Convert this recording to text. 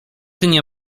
nie